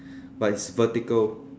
but it's vertical